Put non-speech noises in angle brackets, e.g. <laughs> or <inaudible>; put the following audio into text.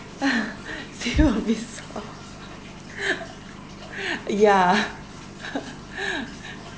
<laughs> still a bit soft <laughs> yeah <laughs>